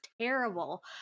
terrible